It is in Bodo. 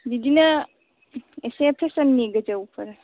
बिदिनो एसे पिउसारनि गोजौफोर